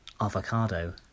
Avocado